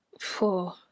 Four